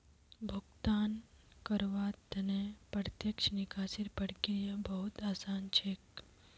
भुगतानकर्तार त न प्रत्यक्ष निकासीर प्रक्रिया बहु त आसान छेक